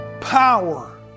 power